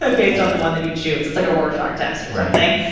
ah based on the one that you choose. it's like a rorschach test or something.